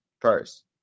first